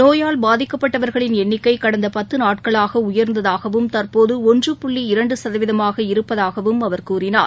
நோயால் பாதிக்கப்பட்டவர்களின் எண்ணிக்கை கடந்த பத்து நாட்களாக உயர்ந்ததாகவும் தற்போது ஒன்று புள்ளி இரண்டு சதவீதமாக இருப்பதாகவும் அவர் கூறினார்